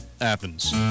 Athens